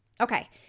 Okay